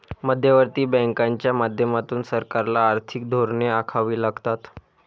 मध्यवर्ती बँकांच्या माध्यमातून सरकारला आर्थिक धोरणे आखावी लागतात